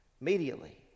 Immediately